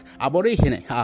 Aborigine